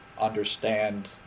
understand